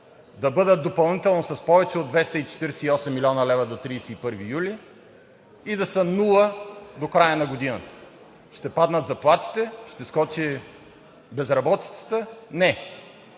да бъдат допълнително с повече от 248 млн. лв. до 31 юли и да са нула до края на годината? Ще паднат заплатите, ще скочи безработицата… Не!